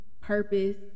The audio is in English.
purpose